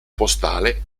postale